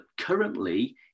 currently